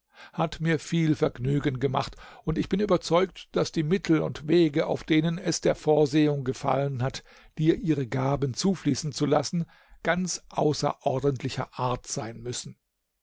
hat mir viel vergnügen gemacht und ich bin überzeugt daß die mittel und wege auf denen es der vorsehung gefallen hat dir ihre gaben zufließen zu lassen ganz außerordentlicher art sein müssen